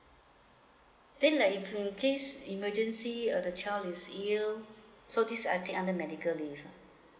this is uh if in case emergency uh the child is ill so these are take under medical leave ah